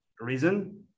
reason